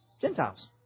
Gentiles